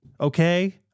Okay